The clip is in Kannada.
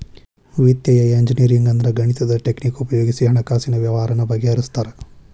ವಿತ್ತೇಯ ಇಂಜಿನಿಯರಿಂಗ್ ಅಂದ್ರ ಗಣಿತದ್ ಟಕ್ನಿಕ್ ಉಪಯೊಗಿಸಿ ಹಣ್ಕಾಸಿನ್ ವ್ಯವ್ಹಾರಾನ ಬಗಿಹರ್ಸ್ತಾರ